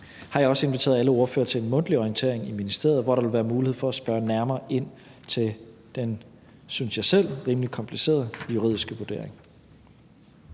jeg også inviteret alle ordførere til en mundtlig orientering i ministeriet, hvor der vil være mulighed for at spørge nærmere ind til den, synes jeg selv, rimelig komplicerede juridiske vurdering.